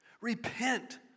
Repent